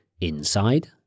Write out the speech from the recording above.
inside